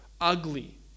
ugly